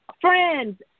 friends